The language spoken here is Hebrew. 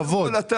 כבוד.